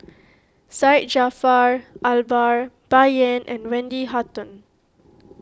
Syed Jaafar Albar Bai Yan and Wendy Hutton